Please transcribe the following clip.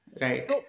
Right